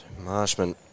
Marshman